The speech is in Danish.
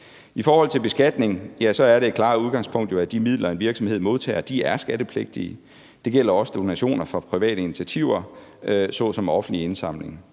I forhold til beskatning er det klare udgangspunkt jo, at de midler, en virksomhed modtager, er skattepligtige. Det gælder også donationer fra private initiativer såsom offentlige indsamlinger,